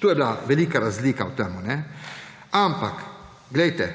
To je bila velika razlika v tem. Ampak glejte,